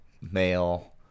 male